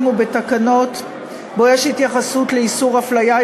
ובתקנות שבו יש התייחסות לאיסור הפליה,